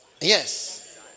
Yes